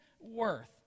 worth